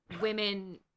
women